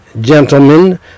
Gentlemen